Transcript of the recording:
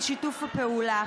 על שיתוף הפעולה.